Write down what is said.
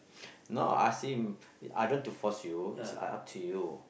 no are seem I don't to force you so I up to you